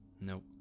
Nope